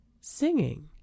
singing